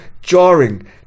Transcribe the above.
jarring